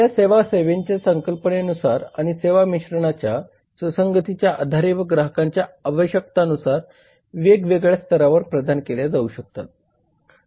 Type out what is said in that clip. या सेवा सेवेंच्या संकल्पनेनुसार आणि सेवा मिश्रणाच्या सुसंगतीच्या आधारे व ग्राहकांच्या आवश्यकतांनुसार वेगवेगळ्या स्तरांवर प्रदान केल्या जाऊ शकतात